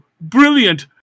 brilliant